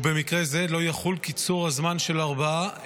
ובמקרה זה לא יחול קיצור הזמן של ארבעה ימים,